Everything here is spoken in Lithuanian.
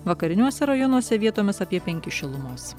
vakariniuose rajonuose vietomis apie penkis šilumos